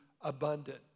abundant